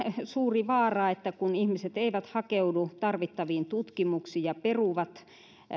suuri vaara kun ihmiset eivät hakeudu tarvittaviin tutkimuksiin ja peruvat